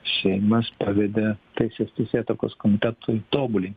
seimas pavedė teisės teisėtvarkos komitetui tobulinti